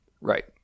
Right